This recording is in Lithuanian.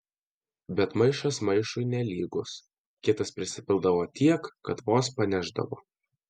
bet maišas maišui nelygus kitas prisipildavo tiek kad vos panešdavo